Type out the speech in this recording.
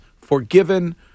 forgiven